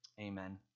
amen